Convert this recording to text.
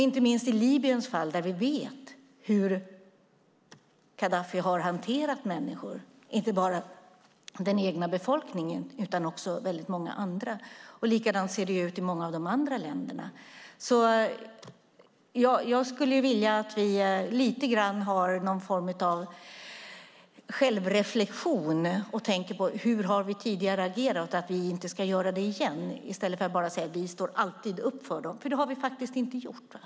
Inte minst i Libyens fall vet vi hur Gaddafi har hanterat människor, inte bara den egna befolkningen utan också många andra. Likadant ser det ut i många av de andra länderna. Jag skulle därför vilja att vi lite grann har någon form av självreflexion och tänker på hur vi tidigare har agerat och att vi inte ska göra det igen i stället för att bara säga att vi alltid står upp för dessa människor eftersom vi faktiskt inte har gjort det.